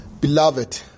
Beloved